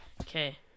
Okay